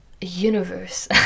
universe